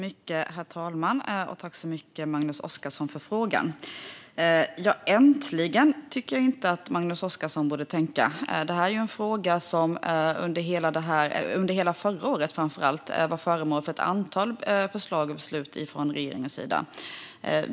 Herr talman! Tack så mycket, Magnus Oscarsson, för frågan! "Äntligen" tycker jag inte att Magnus Oscarsson borde tänka. Detta är ju en fråga som framför allt under hela förra året var föremål för ett antal förslag och beslut från regeringens sida.